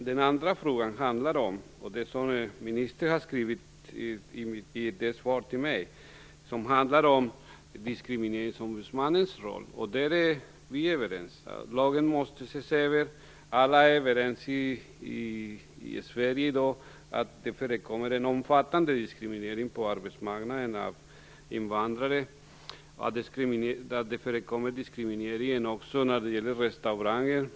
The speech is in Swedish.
Den andra frågan handlade om, som ministern har skrivit i sitt svar till mig, Diskrimineringsombudsmannens roll. Där är vi överens. Lagen måste ses över. Alla i Sverige är i dag överens om att det förekommer en omfattande diskriminering på arbetsmarknaden av invandrare. Det förekommer också diskriminering när det gäller restauranger.